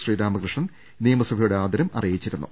ശ്രീരാമകൃഷ്ണൻ നിയമ സഭയുടെ ആദരം അറിയിച്ചിരുന്നു